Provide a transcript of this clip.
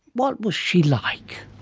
what was she like?